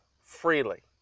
freely